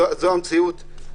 זו המציאות.